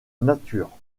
nature